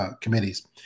committees